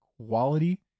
quality